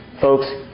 Folks